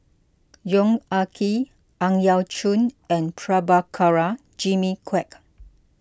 Yong Ah Kee Ang Yau Choon and Prabhakara Jimmy Quek